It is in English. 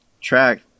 track